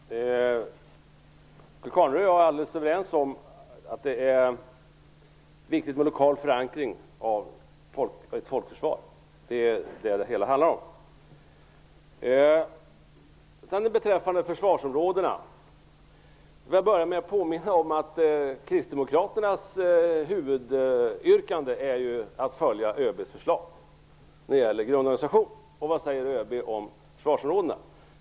Herr talman! Åke Carnerö och jag är alldeles överens om att det är viktigt med lokal förankring av ett folkförsvar. Det är detta det hela handlar om. Beträffande försvarsområdena vill jag börja med att påminna om att Kristdemokraternas huvudyrkande är att vi skall följa ÖB:s förslag när det gäller grundorganisation. Vad säger ÖB om försvarsområden?